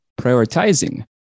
prioritizing